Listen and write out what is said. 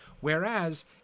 Whereas